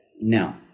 No